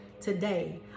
today